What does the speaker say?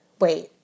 wait